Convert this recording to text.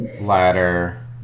ladder